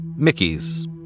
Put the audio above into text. Mickey's